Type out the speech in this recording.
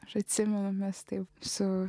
aš atsimenu mes taip su